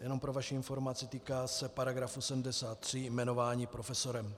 Jenom pro vaši informaci, týká se § 73 Jmenování profesorem.